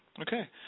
Okay